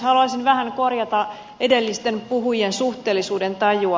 haluaisin vähän korjata edellisten puhujien suhteellisuudentajua